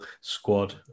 squad